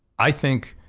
i think,